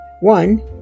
One